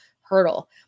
Hurdle